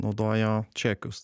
naudojo čekius